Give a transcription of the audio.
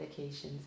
medications